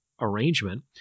arrangement